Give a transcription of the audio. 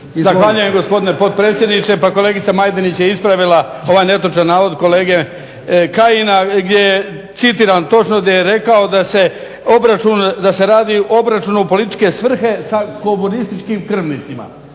Zahvaljujem gospodine potpredsjedniče. Pa kolegica Majdenić je ispravila ovaj netočan navod kolege Kajina, gdje je citiram, točno gdje je rekao da se obračun, da se radi o obračunu političke svrhe sa komunističkim krvnicima.